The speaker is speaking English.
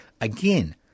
again